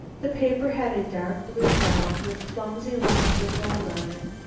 the paper had a dark blue ground with clumsy lines of gold on it.